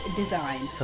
design